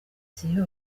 ziba